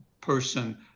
person